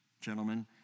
gentlemen